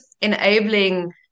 enabling